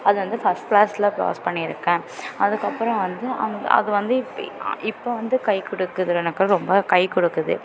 அது வந்து ஃபஸ்ட் கிளாஸில் பாஸ் பண்ணி இருக்கேன் அதுக்கு அப்புறம் வந்து அந்த அது வந்து இப்போ வந்து கைக்கொடுக்குது எனக்கு ரொம்ப கைக்கொடுக்குது